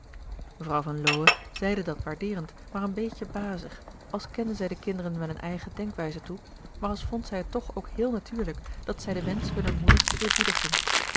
mevrouw van lowe zeide dat waardeerend maar een beetje bazig als kende zij den kinderen wel een eigen denkwijze toe maar als vond zij het toch ook heel natuurlijk dat zij den wensch hunner moeder